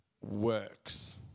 works